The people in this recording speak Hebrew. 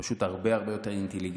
פשוט הרבה הרבה יותר אינטליגנטי.